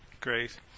Great